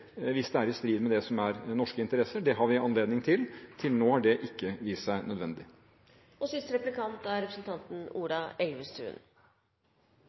hvis det er i strid med det som er norske interesser. Det har vi anledning til. Til nå har det ikke vist seg nødvendig. Er